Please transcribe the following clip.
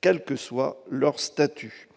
quelle que soit leur statut